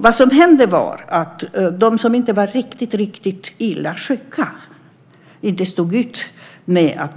Det som hände var att de som inte var riktigt illa däran och mycket sjuka inte stod ut med att